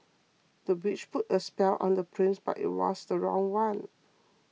the witch put a spell on the prince but it was the wrong one